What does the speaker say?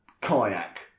Kayak